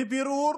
בבירור,